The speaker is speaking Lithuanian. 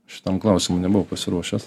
šitam klausimui nebuvau pasiruošęs